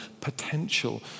potential